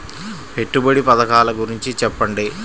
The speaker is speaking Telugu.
పెట్టుబడి పథకాల గురించి చెప్పండి?